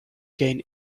gain